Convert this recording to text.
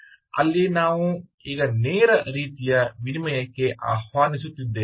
ಅಲ್ಲಿ ನಾವು ಈಗ ನೇರ ರೀತಿಯ ವಿನಿಮಯಕ್ಕೆ ಆಹ್ವಾನಿಸುತ್ತಿದ್ದೇವೆ